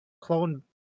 clone